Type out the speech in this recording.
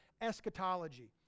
eschatology